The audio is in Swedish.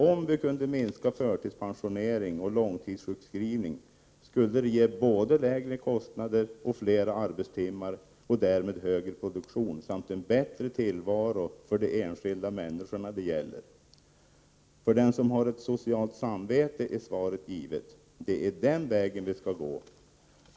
Om vi kunde minska förtidspensionering och långtidssjukskrivning skulle det ge både lägre kostnader och flera arbetstimmar och därmed högre produktion samt en bättre tillvaro för de enskilda människor det gäller. För den som har ett socialt samvete, ———, är svaret givet: Det är den vägen vi skall gå.